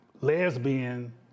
lesbian